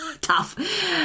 tough